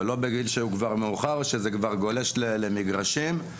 שמעון אבל אנחנו לבד לא יכולים לטפל בדברים האלה,